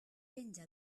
penja